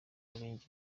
umurenge